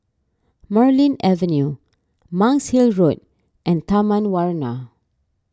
Marlene Avenue Monk's Hill Road and Taman Warna